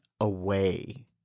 away